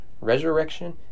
resurrection